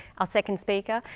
our second speaker,